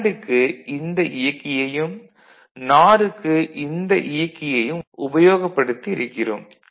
நேண்டுக்கு இந்த இயக்கியையும் நார்க்கு இந்த இயக்கியையும் உபயோகப்படுத்தி இருக்கிறோம்